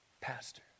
pastor